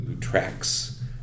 tracks